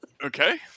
okay